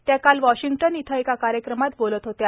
त्या काल वाशिंग्टन इथं एका कार्यक्रमात बोलत होत्या